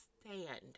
stand